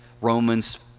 Romans